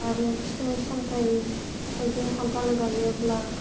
आरो फिथाइ सामथाय थाइजौ खान्थाल गायोब्ला